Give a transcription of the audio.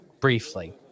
briefly